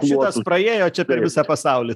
šitas praėjo čia per visą pasaulį